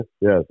Yes